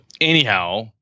anyhow